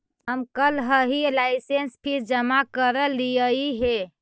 हम कलहही licence fee जमा करयलियइ हे